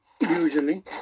usually